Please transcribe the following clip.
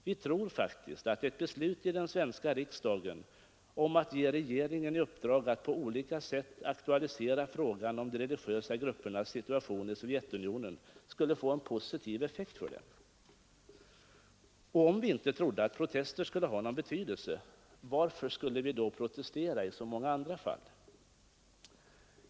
Vi tror faktiskt att ett beslut i den svenska riksdagen om att ge regeringen i uppdrag att på olika sätt aktualisera frågan om de religiösa gruppernas situation i Sovjetunionen skulle få en positiv effekt för dem. Och om vi inte trodde att protester skulle ha någon betydelse, varför skulle vi då protestera i så många andra fall?